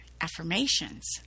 affirmations